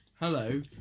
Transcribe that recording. hello